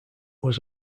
was